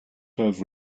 have